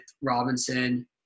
Robinson